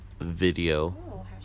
Video